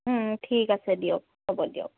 ঠিক আছে দিয়ক হ'ব দিয়ক